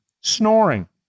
Snoring